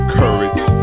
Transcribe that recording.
courage